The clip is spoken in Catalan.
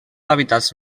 hàbitats